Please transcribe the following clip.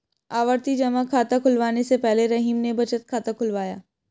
आवर्ती जमा खाता खुलवाने से पहले रहीम ने बचत खाता खुलवाया